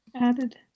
added